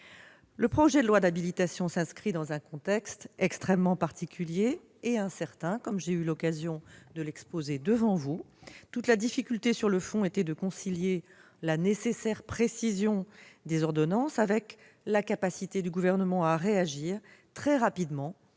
Le projet de loi d'habilitation s'inscrit dans un contexte extrêmement particulier et incertain, comme j'ai eu l'occasion de le dire devant vous. Toute la difficulté sur le fond était de concilier la nécessaire précision des ordonnances avec la capacité du Gouvernement à réagir très rapidement